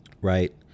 right